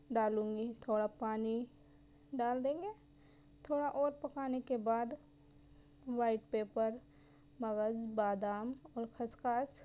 ڈالوں گی تھوڑا پانی ڈال دیں گے تھوڑا اور پکانے کے بعد وائٹ پیپر مغز بادام اور خسخاس